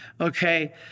Okay